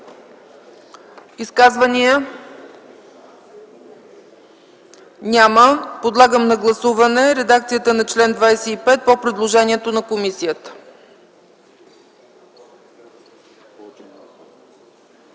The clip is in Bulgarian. изказвания? Няма. Подлагам на гласуване редакцията на чл. 25 по предложението на комисията.